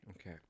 Okay